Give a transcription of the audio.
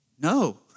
No